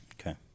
Okay